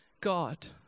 God